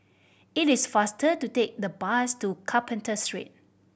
it is faster to take the bus to Carpenter Street